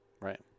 Right